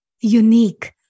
unique